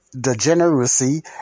degeneracy